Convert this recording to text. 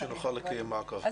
שנוכל לקיים מעקב, בהחלט.